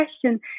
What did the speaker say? question